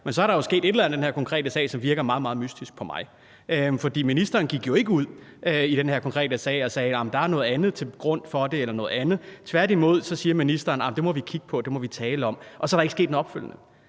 men så er der jo sket et eller andet i den her konkrete sag, som virker meget, meget mystisk for mig. For ministeren gik jo ikke ud i den her konkrete sag og sagde: Der ligger noget andet til grund for det. Tværtimod siger ministeren: Det må vi kigge på; det må vi tale om. Og så er der ikke sket en opfølgning.